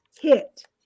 hit